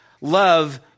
love